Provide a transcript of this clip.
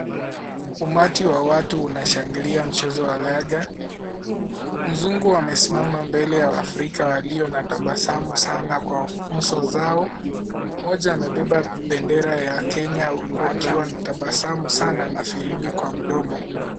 Umati wa watu unashangilia mchezo wa raga. Mzungu amesmama mbele ya wa Afrika waliyo na tabasamu sana kwa nyuso zao. Mmoja amebeba bendera ya Kenya, huku wakiwa na tabasamu sana na firimbi kwa mdomo.